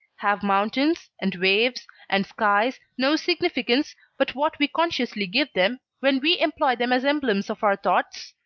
have mountains, and waves, and skies, no significance but what we consciously give them, when we employ them as emblems of our thoughts?